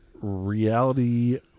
reality